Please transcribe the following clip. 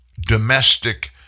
domestic